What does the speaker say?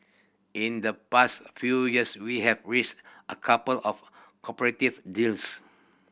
in the past few years we have reached a couple of cooperative deals